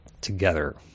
together